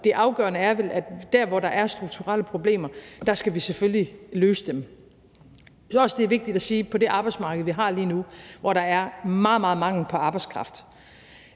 det afgørende er vel, at der, hvor der er strukturelle problemer, skal vi selvfølgelig løse dem. Jeg synes også, det er vigtigt at sige, at på det arbejdsmarked, vi har lige nu, hvor der er stor, stor mangel på arbejdskraft,